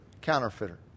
counterfeiter